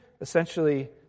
essentially